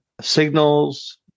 signals